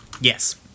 Yes